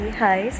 hi